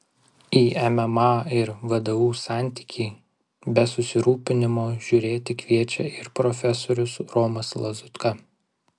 į mma ir vdu santykį be susirūpinimo žiūrėti kviečia ir profesorius romas lazutka